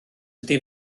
ydy